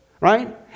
right